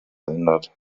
ändert